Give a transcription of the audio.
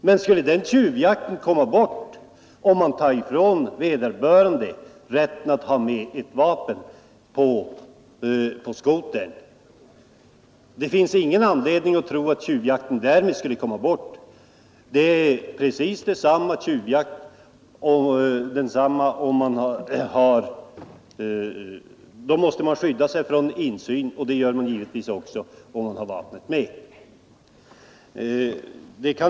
Men skulle den försvinna för att man tar ifrån vederbörande rätten att ha med vapen på skotern? Det finns ingen anledning att tro det. Man måste skydda sig från insyn när man tjuvjagar, och det gör man givetvis också om man har vapen med sig.